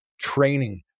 training